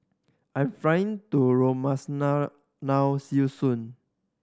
I'm flying to Romania now see you soon